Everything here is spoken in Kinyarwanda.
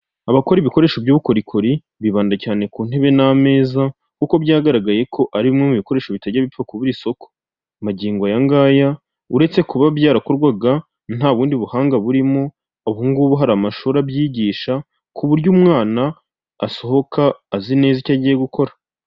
Abakora ibikoresho by'ubukorikori bibanda cyane ku ntebe n'ameza, kuko byagaragaye ko ari bimwe mu bikoresho bitajya bipfa kubura isoko, magingo aya ngaya uretse kuba byarakorwaga nta bundi buhanga burimo, ubu ngubu hari amashuri abyigisha ku buryo umwana asohoka azi neza icyo agiye gukora.